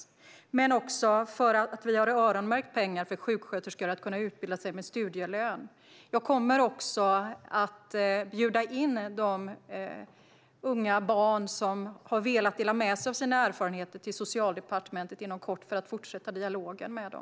Vi har också öronmärkt pengar för att sjuksköterskor ska kunna utbilda sig med studielön. Jag kommer också inom kort att bjuda in de barn som har velat dela med sig av sina erfarenheter till Socialdepartementet för att fortsätta dialogen med dem.